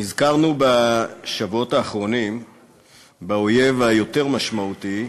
נזכרנו בשבועות האחרונים באויב היותר-משמעותי שלנו,